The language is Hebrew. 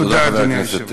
תודה, אדוני היושב-ראש.